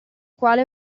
quale